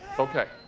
okay.